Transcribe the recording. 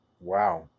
wow